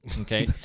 okay